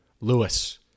Lewis